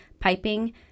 piping